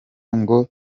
ngo